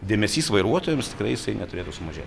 dėmesys vairuotojams tikrai jisai neturėtų sumažėt